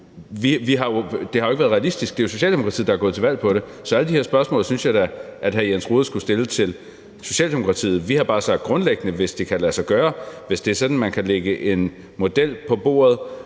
Det har jo ikke været realistisk. Det er jo Socialdemokratiet, der er gået til valg på det. Så alle de her spørgsmål synes jeg da, at hr. Jens Rohde skulle stille til Socialdemokratiet. Vi har bare sagt grundlæggende, at hvis det kan lade sig gøre, og hvis det er sådan, at man kan lægge en model på bordet,